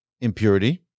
impurity